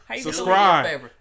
Subscribe